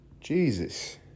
Jesus